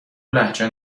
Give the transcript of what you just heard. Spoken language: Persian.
لهجه